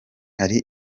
hari